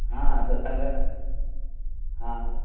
હા તો શણગાર હા